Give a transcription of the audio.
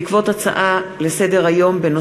בעקבות דיון בהצעה לסדר-היום של חבר הכנסת בועז